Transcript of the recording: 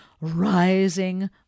rising